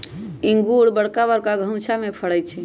इंगूर बरका बरका घउछामें फ़रै छइ